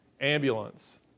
ambulance